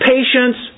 Patience